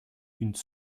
une